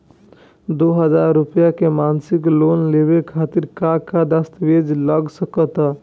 दो हज़ार रुपया के मासिक लोन लेवे खातिर का का दस्तावेजऽ लग त?